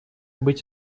быть